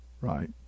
Right